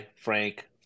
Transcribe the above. Frank